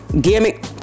Gimmick